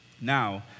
Now